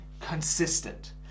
consistent